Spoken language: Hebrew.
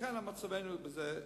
לכן מצבנו יותר טוב.